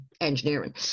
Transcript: Engineering